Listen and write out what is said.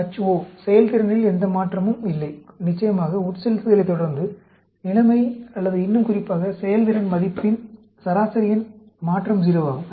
Ho செயல்திறனில் எந்த மாற்றமும் இல்லை நிச்சயமாக உட்செலுத்தலைத் தொடர்ந்து நிலைமை அல்லது இன்னும் குறிப்பாக செயல்திறன் மதிப்பின் சராசரியின் மாற்றம் 0 ஆகும்